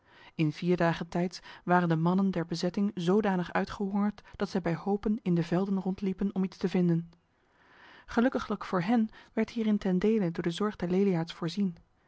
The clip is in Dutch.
in vier dagen tijds waren de mannen der bezetting zodanig uitgehongerd dat zij bij hopen in de velden rondliepen om iets te vinden gelukkiglijk voor hen werd hierin ten dele door de zorg der leliaards voorzien